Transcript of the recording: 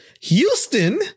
Houston